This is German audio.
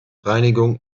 reinigung